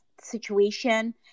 situation